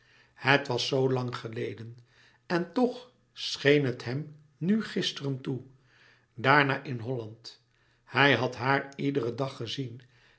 het was zoo lang geleden en toch scheen het hem nu gisteren toe daarna in holland hij had haar iederen dag gezien